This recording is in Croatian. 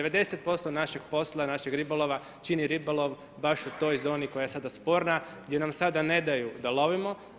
90% našeg posla, našeg ribolova, čini ribolov baš u toj zoni koja je sada sporna, gdje nam sada nedaju da sada lovimo.